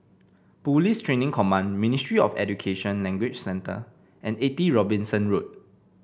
Police Training Command Ministry of Education Language Centre and Eighty Robinson Road